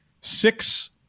Six